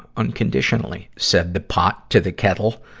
unconditionally, said the pot to the kettle.